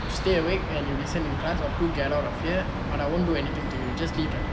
stay awake and you listen in class or two get out of here but I won't do anything to you just leave the class